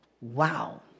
Wow